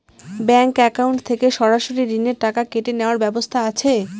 Bank account থেকে সরাসরি ঋণের টাকা কেটে নেওয়ার ব্যবস্থা আছে?